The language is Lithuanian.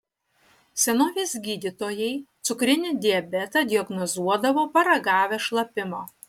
senovės gydytojai cukrinį diabetą diagnozuodavo paragavę šlapimo